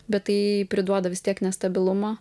bet tai priduoda vis tiek nestabilumo